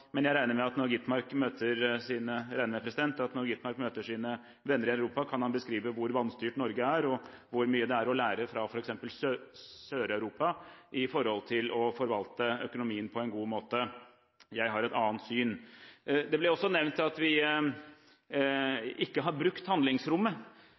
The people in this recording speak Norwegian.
Men jeg regner med at når representanten Skovholt Gitmark møter sine venner i Europa, kan han beskrive hvor vanstyrt Norge er, og hvor mye det er å lære fra f.eks. Sør-Europa med hensyn til å forvalte økonomien på en god måte. Jeg har et annet syn. Det ble også nevnt at vi